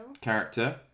Character